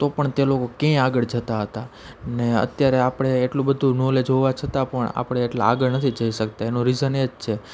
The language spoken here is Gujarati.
તો પણ તે લોકો ક્યાંય આગળ જતાં હતાં ને અત્યારે આપણે એટલું બધું નોલેજ હોવાં છતાં પણ આપણે એટલાં આગળ નથી જઈ શકતાં એનું રિઝન એ જ છે